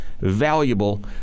valuable